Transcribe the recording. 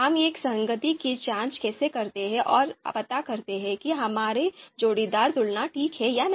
हम एक संगति की जाँच कैसे करते हैं और पता करते हैं कि हमारी जोड़ीदार तुलना ठीक है या नहीं